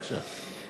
בבקשה.